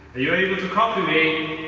you able to copy me?